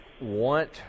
want